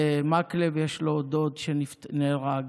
ולמקלב יש דוד שנהרג,